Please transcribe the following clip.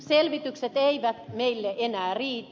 selvitykset eivät meille enää riitä